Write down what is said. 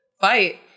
fight